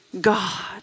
God